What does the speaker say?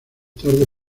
tarde